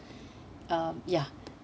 um ya